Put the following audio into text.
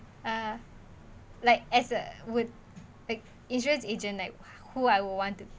uh like as a would like insurance agent like who I would want to